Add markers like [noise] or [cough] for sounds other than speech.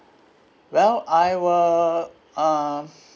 well I will uh [breath]